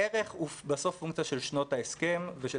הערך הוא בסוף פונקציה של שנות ההסכם ושל